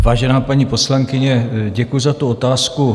Vážená paní poslankyně, děkuji za tu otázku.